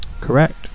Correct